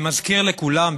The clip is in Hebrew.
אני מזכיר לכולם,